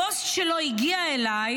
הפוסט שלו הגיע אליי